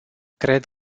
cred